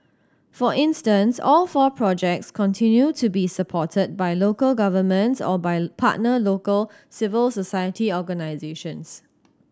for instance all four projects continue to be supported by local governments or by partner local civil society organisations